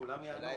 כולם יענו.